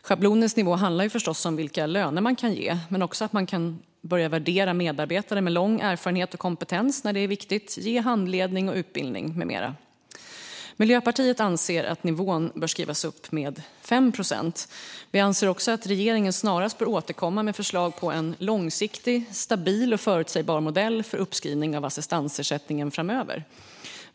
Schablonens nivå påverkar förstås vilka löner man kan ge, men en höjning gör också att man kan börja värdera medarbetare med lång erfarenhet och kompetens när det är viktigt, ge handledning och utbildning med mera. Miljöpartiet anser att nivån bör skrivas upp med 5 procent. Vi anser också att regeringen snarast bör återkomma med förslag om en långsiktig, stabil och förutsägbar modell för uppskrivning av assistansersättningen framöver.